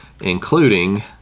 including